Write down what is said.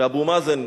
ואבו מאזן,